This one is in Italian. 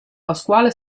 pasquale